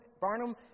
Barnum